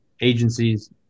agencies